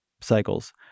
cycles